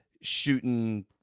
shooting